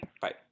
Bye